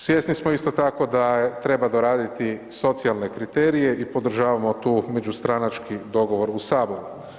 Svjesni smo isto tako da treba doraditi socijalne kriterije i podržavamo tu međustranački dogovor u saboru.